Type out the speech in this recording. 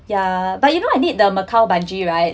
yeah but you know I did the macau bungee right